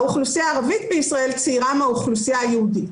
האוכלוסייה הערבית בישראל צעירה מהאוכלוסייה היהודית.